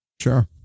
Sure